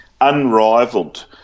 Unrivaled